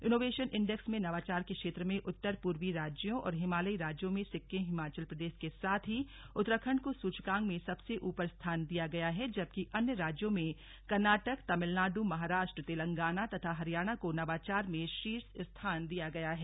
innovation index में नवाचार के क्षेत्र में उत्तर पूर्वी राज्यों और हिमालयी राज्यों में सिक्किम हिमाचल प्रदेश के साथ ही उत्तराखण्ड को सूचकांक में सबसे ऊपर स्थान दिया गया है जबकी अन्य राज्यों में कर्नाटक तमिलनाडु महाराष्ट्र तेलंगाना तथा हरियाणा को नवाचार में शीर्ष स्थान दिया गया है